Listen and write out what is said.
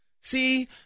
See